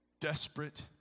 desperate